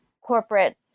corporate